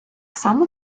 само